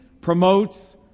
promotes